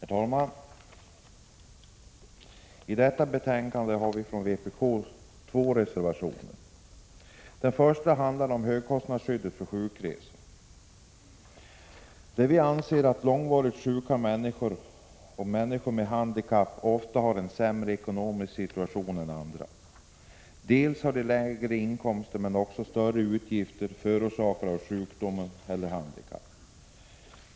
Herr talman! I detta betänkande har vpk avgett två reservationer. Den första handlar om högkostnadsskyddet för sjukresor. Vi anser att långvarigt sjuka människor och människor med handikapp oftast har en sämre ekonomisk situation än andra. Dels har de lägre inkomster, dels har de större utgifter förorsakade av sjukdom eller handikapp.